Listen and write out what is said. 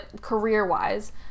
career-wise